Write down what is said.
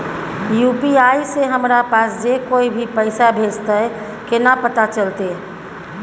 UPI से हमरा पास जे कोय भी पैसा भेजतय केना पता चलते?